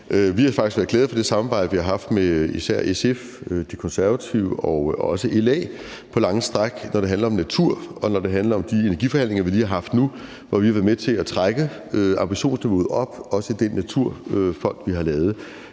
på lange stræk været glade for det samarbejde, vi har haft med især SF, De Konservative og også LA, når det handler om natur, og når det handler om de energiforhandlinger, vi lige har haft nu, hvor vi har været med til at trække ambitionsniveauet op, også i den naturfond, vi har lavet.